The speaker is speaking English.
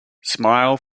smile